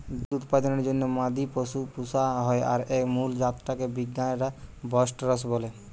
দুধ উৎপাদনের জন্যে মাদি পশু পুশা হয় আর এর মুল জাত টা কে বিজ্ঞানে বস্টরস বলে